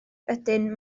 ydyn